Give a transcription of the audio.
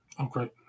Okay